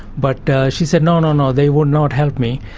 but she said, no, no, no, they would not help me.